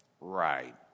right